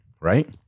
Right